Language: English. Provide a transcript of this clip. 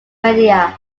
media